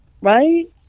Right